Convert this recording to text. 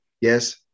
Yes